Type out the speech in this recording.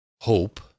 hope